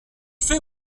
fais